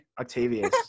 Octavius